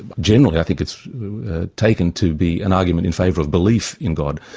generally, i think it's taken to be an argument in favour of belief in god.